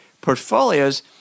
portfolios